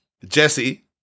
Jesse